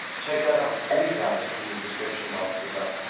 check out our free guide in the description box below,